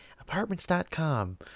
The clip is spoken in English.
apartments.com